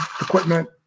equipment